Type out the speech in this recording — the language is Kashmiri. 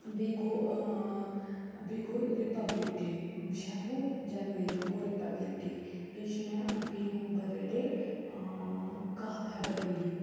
بیٚیہِ گوٚو بیٚیہِ گوٚو رِپَبلِک ڈے شَتوُہ جَنؤری گوٚو رِپَبلِک ڈے بیٚیہِ چھِ مےٚ بیٚنہِ ہُنٛد بٔرٕڈے کَہہ فیبَرؤری